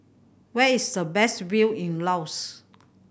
where is the best view in Laos